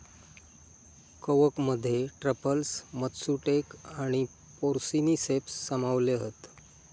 कवकमध्ये truffles, matsutake आणि porcini ceps सामावले हत